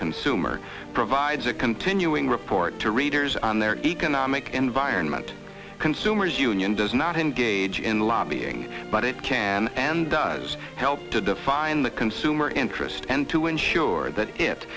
consumer provides a continuing report to readers on their economic environment consumers union does not engage in lobbying but it can and does help to define the consumer interest and to ensure that it